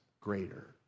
greater